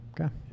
Okay